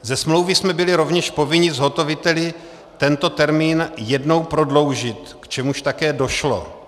Ze smlouvy jsme byli rovněž povinni zhotoviteli tento termín jednou prodloužit, k čemuž také došlo.